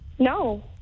No